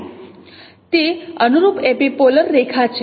તે અનુરૂપ એપિપોલર રેખા છે